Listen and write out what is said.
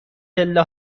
پله